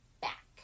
back